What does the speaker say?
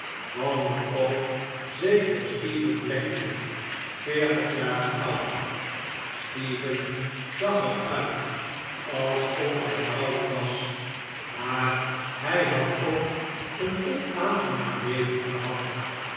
woonde ook zekere stephen blackpool veertig jaren oud stephen zag er uit alsof hij ouder was maar hij had ook een onaangenaam leven gehad